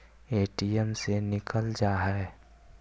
ATM से निकल जा है?